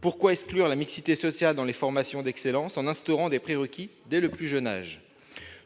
Pourquoi exclure la mixité sociale dans les formations d'excellence, en instaurant des prérequis dès le plus jeune âge ?